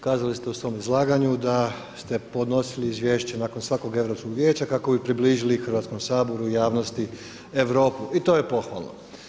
Kazali ste u svom izlaganju da ste podnosili izvješće nakon svakog Europskog vijeća kako bi približili Hrvatskom saboru i javnosti Europu i to je pohvalno.